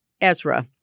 Ezra